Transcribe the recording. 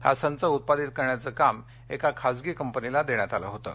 हा संच उत्पादित करण्याचं काम एका खासगी कंपनीला देण्यात आलं होतं